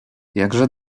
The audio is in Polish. jakże